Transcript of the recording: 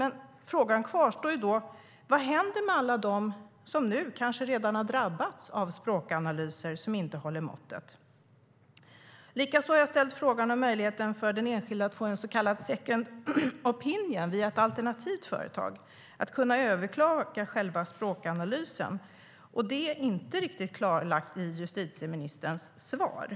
Men frågan kvarstår då: Vad händer med alla dem som nu redan har drabbats av språkanalyser som inte håller måttet? Likaså har jag ställt frågan om möjligheten för den enskilde att få en så kallad second opinion via ett alternativt företag och att kunna överklaga själva språkanalysen. Det är inte riktigt klarlagt i justitieministerns svar.